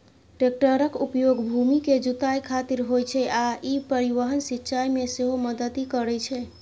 टैक्टरक उपयोग भूमि के जुताइ खातिर होइ छै आ ई परिवहन, सिंचाइ मे सेहो मदति करै छै